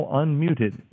unmuted